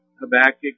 Habakkuk